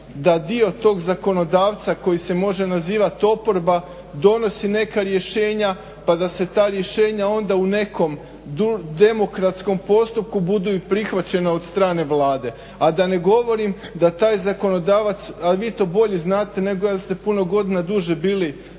da dio tog zakonodavca koji se može nazivati oporba donosi neka rješenja pa da se ta rješenja onda u nekom demokratskom postupku budu i prihvaćena od strane Vlade. A da ne govorim da taj zakonodavac, a vi to bolje znate nego ja jer ste puno godina duže bili